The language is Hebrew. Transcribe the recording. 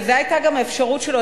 וזו היתה גם האפשרות שלו,